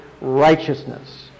righteousness